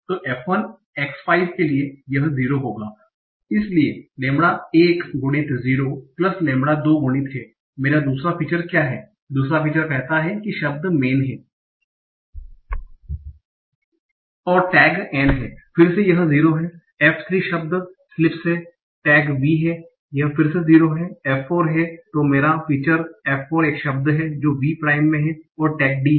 तो f1 x5 के लिए यह 0 होगा इसलिए लैम्ब्डा 1 गुणित 0 लैम्ब्डा 2 गुणित हैं मेरी दूसरा फीचर क्या हैं दूसरा फीचर कहता हैं कि शब्द मेन है और टैग n है फिर से यह 0 है f 3 शब्द स्ल्पिस हैं टैग V हैं यह फिर से 0 हैं f4 है तो मेरा फीचर f 4 एक शब्द हैं जो v प्राइम में है और टैग D हैं